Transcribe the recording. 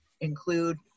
include